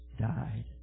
died